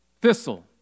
thistle